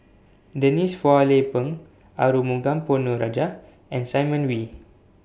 Denise Phua Lay Peng Arumugam Ponnu Rajah and Simon Wee